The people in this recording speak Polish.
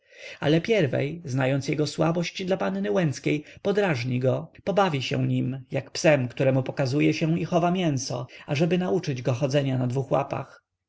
ale pierwiej znając jego słabość dla panny łęckiej podrażni go pobawi się nim jak psem któremu pokazuje się i chowa mięso ażeby nauczyć go chodzenia na dwu łapach